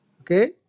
Okay